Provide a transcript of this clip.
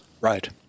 Right